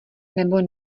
nebo